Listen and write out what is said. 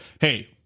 hey